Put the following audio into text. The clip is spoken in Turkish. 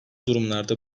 durumlarda